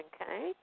Okay